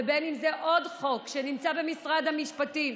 ובין שמדובר בעוד חוק שנמצא במשרד המשפטים,